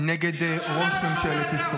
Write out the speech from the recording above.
למה אתם לא מדברים?